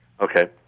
Okay